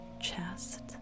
chest